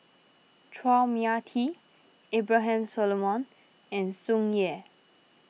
Chua Mia Tee Abraham Solomon and Tsung Yeh